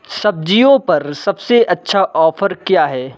सब्ज़ियों पर सबसे अच्छा ऑफर क्या है